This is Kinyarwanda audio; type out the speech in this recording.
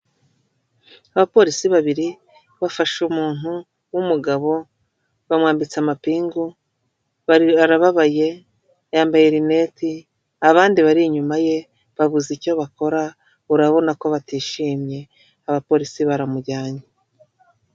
Abapolisi babiri bafashe umuntu w'umugabo bamwambitse amapingu arababaye yambaye rineti abandi bari inyuma ye babuze icyo bakora urabona ko batishimye abapolisi baramujyanye.